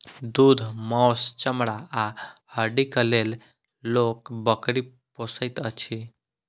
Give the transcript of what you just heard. दूध, मौस, चमड़ा आ हड्डीक लेल लोक बकरी पोसैत अछि